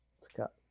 Scott